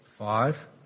Five